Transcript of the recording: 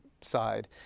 side